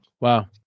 Wow